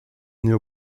new